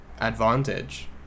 advantage